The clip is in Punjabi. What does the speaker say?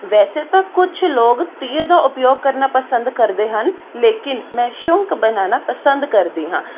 ਵੈਸੇ ਤਾਂ ਕੁਝ ਲੋਕ ਤੇਲ ਦਾ ਉਪਯੋਗ ਕਰਨਾ ਪਸੰਦ ਕਰਦੇ ਹਨ ਲੇਕਿਨ ਮੈਂ ਸ਼ੌਂਕ ਬਨਾਨਾ ਪਸੰਦ ਕਰਦੀ ਹਾਂ